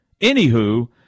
Anywho